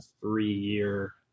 three-year